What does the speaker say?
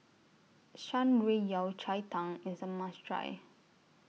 Shan Rui Yao Cai Tang IS A must Try